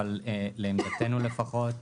אבל לעמדתנו לפחות,